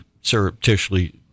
surreptitiously